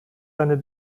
eine